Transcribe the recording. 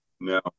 No